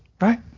right